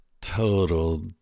Total